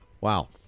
Wow